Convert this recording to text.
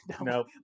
No